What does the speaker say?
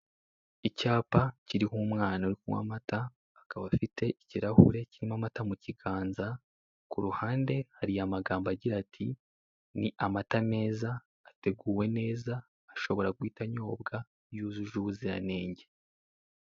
Icyapa kiriho umwana uri kunywa amata, akaba afite ikirahure kirimo amata mukiganza, kuruhande hari amagambo agira ati "ni amata meza ateguwe neza ashobora guhita anyobwa, yujuje ubuziranenge."